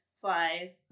flies